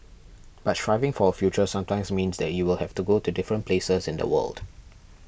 but striving for a future sometimes means that you will have to go to different places in the world